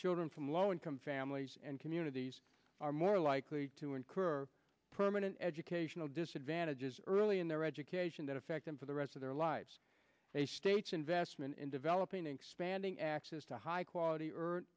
children from low income families and communities are more likely to incur permanent educational disadvantages early in their education that affect them for the rest of their lives a state's investment in developing expanding access to high quality